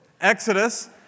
Exodus